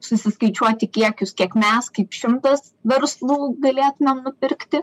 susiskaičiuoti kiekius kiek mes kaip šimtas verslų galėtumėm nupirkti